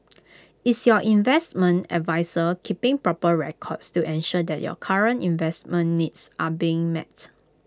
is your investment adviser keeping proper records to ensure that your current investment needs are being mets